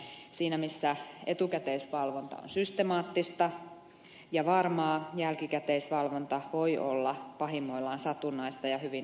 siinä missä etukäteisvalvonta on systemaattista ja varmaa jälkikäteisvalvonta voi olla pahimmoillaan satunnaista ja hyvin epävarmaa